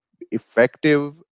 effective